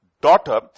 daughter